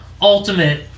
ultimate